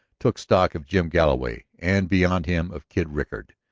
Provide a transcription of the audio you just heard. took stock of jim galloway, and beyond him of kid rickard,